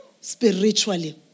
spiritually